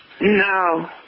No